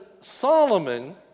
Solomon